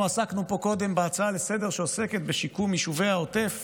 אנחנו עסקנו פה קודם בהצעה לסדר-היום שעוסקת בשיקום יישובי העוטף.